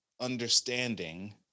understanding